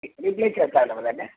replace చేస్తారమ్మ దాన్ని